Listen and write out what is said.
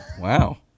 wow